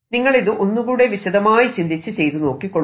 നിങ്ങൾ ഇത് ഒന്നുകൂടെ വിശദമായി ചിന്തിച്ച് ചെയ്തുനോക്കികൊള്ളൂ